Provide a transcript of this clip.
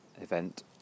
event